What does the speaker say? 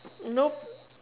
nope